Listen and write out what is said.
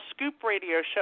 ScoopRadioShow